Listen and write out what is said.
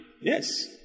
yes